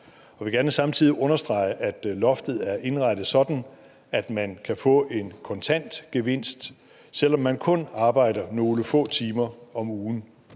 Jeg vil gerne samtidig understrege, at loftet er indrettet sådan, at man kan få en kontant gevinst, selv om man kun arbejder nogle få timer om ugen.